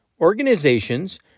organizations